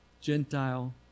Gentile